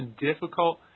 difficult